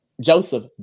Joseph